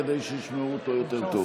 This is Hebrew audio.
כדי שישמעו אותו יותר טוב.